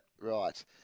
right